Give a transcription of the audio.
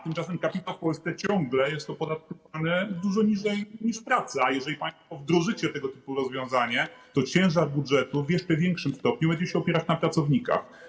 Tymczasem kapitał w Polsce ciągle jest opodatkowany dużo niżej niż praca, a jeżeli państwo wdrożycie tego typu rozwiązanie, to ciężar budżetu w jeszcze większym stopniu będzie się opierać na pracownikach.